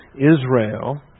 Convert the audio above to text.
Israel